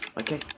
Okay